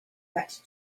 that